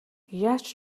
яаж